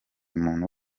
muntu